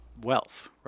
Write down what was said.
wealth